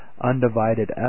undivided